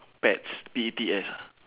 pets P E T S ah